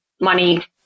money